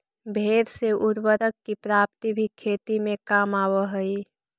भेंड़ से उर्वरक की प्राप्ति भी खेती में काम आवअ हई